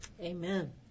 Amen